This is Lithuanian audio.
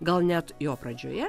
gal net jo pradžioje